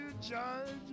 judge